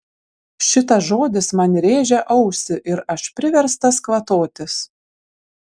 šitas žodis man rėžia ausį ir aš priverstas kvatotis